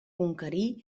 conquerir